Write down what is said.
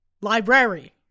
library